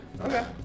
Okay